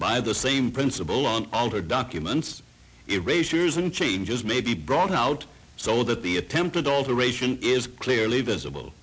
by the same principle on all their documents erasers and changes may be brought out so that the attempted alteration is clearly visible